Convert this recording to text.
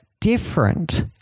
different